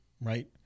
right